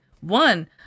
One